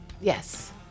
Yes